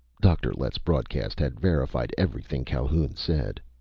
dr. lett's broadcast had verified everything calhoun said.